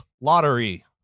lottery